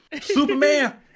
Superman